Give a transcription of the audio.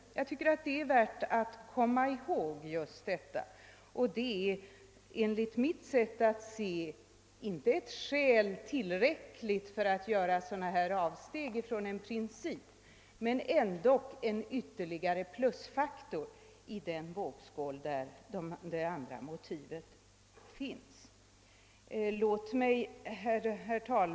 Det är värt att vi kommer ihåg detta, även om det enligt mitt sätt att se inte utgör ett tillräckligt skäl för ett avsteg från den aktuella principen. Det är ändå en ytterligare plusfaktor i vågskålen tillsammans med de övriga motiven.